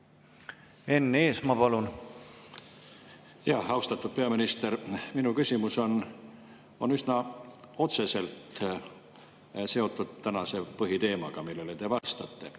Enn Eesmaa, palun! Austatud peaminister! Minu küsimus on üsna otseselt seotud tänase põhiteemaga, millele te vastate.